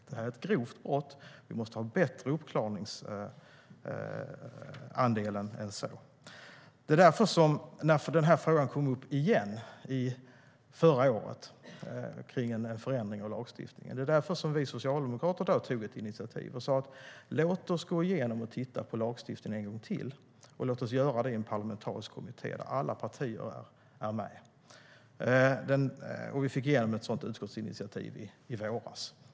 Det är ett grovt brott, vi måste ha en bättre uppklarningsandel än så. Vi fick igenom ett sådant utskottsinitiativ i våras.